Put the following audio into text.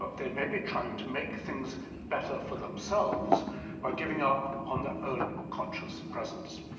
they may be trying to make things better for themselves by giving up on their own conscious presence.